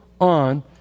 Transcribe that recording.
on